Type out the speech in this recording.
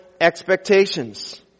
expectations